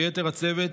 ויתר הצוות,